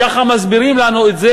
ככה מסבירים לנו את זה,